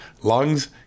lungs